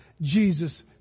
Jesus